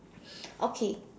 okay